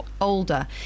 older